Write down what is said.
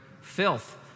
filth